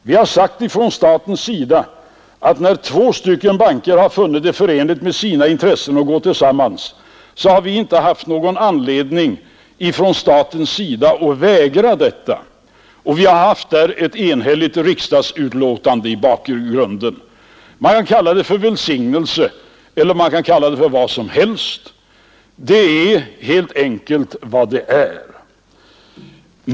Vi har sagt från statens sida att när två banker funnit det förenligt med sina intressen att gå tillsammans, har vi inte haft någon anledning att vägra detta, och vi har därvidlag haft ett enhälligt riksdagsuttalande i bakgrunden. Man kan kalla det för välsignelse eller för vad som helst; det är helt enkelt vad det är.